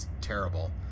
terrible